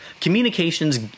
Communications